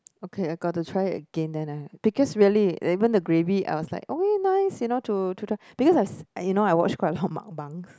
okay I got to try it again then I because really even the gravy I was like oh nice you know to to try because I you know I watch quite a lot of mukbangs